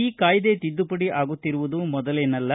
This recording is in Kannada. ಈ ಕಾಯ್ದೆ ತಿದ್ದುಪಡಿ ಆಗುತ್ತಿರುವುದು ಮೊದಲೇನಲ್ಲ